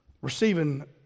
receiving